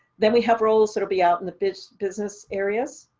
then we have roles that will be out in the business business areas.